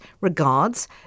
Regards